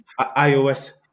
iOS